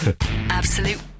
Absolute